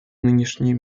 нынешний